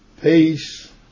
peace